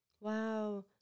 Wow